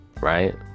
Right